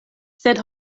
sed